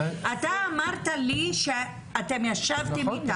אתה אמרת לי שאתם ישבתם איתם.